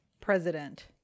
president